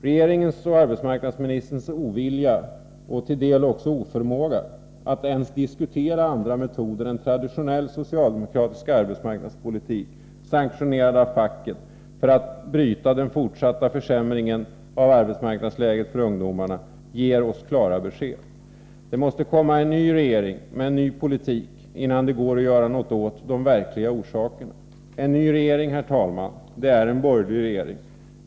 Regeringens och arbetsmarknadsministerns ovilja, och till någon del oförmåga, att ens diskutera andra metoder än traditionell socialdemokratisk arbetsmarknadspolitik, sanktionerad av facket, när det gäller att bryta den fortsatta försämringen av arbetsmarknadsläget för ungdomarna ger oss klara besked. Det måste komma en ny regering med en ny politik, innan det går att göra något åt de verkliga orsakerna. En ny regering, herr talman, är en borgerlig regering.